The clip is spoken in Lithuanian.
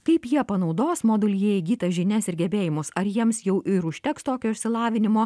kaip jie panaudos modulyje įgytas žinias ir gebėjimus ar jiems jau ir užteks tokio išsilavinimo